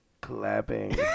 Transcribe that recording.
clapping